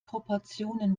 proportionen